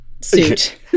suit